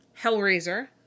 Hellraiser